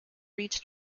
reach